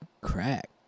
crack